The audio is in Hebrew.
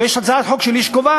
ויש הצעת חוק שלי שקובעת